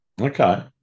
Okay